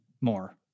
more